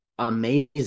amazing